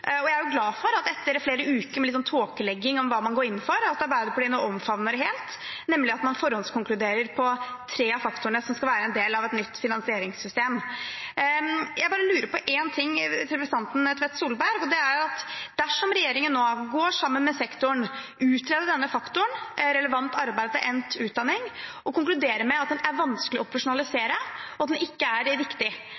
Jeg er jo glad for at Arbeiderpartiet etter flere uker med tåkelegging om hva man går inn for, nå omfavner det helt, nemlig at man forhåndskonkluderer på tre av faktorene som skal være en del av et nytt finansieringssystem. Jeg lurer på én ting fra representanten Tvedt Solberg: Dersom regjeringen nå går sammen med sektoren og utreder denne faktoren, «relevant arbeid etter endt utdanning», og konkluderer med at den er vanskelig